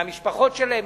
מהמשפחות שלהם?